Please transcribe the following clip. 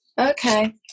Okay